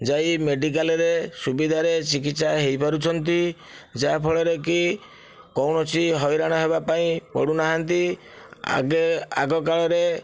ଯାଇ ମେଡିକାଲରେ ସୁବିଧାରେ ଚିକିତ୍ସା ହୋଇପାରୁଛନ୍ତି ଯାହା ଫଳରେ କି କୌଣସି ହଇରାଣ ହେବା ପାଇଁ ପଡ଼ୁନାହାନ୍ତି ଆଗେ ଆଗ କାଳରେ